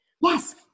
Yes